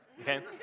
Okay